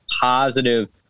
positive